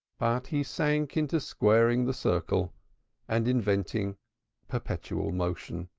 but he sank into squaring the circle and inventing perpetual motion.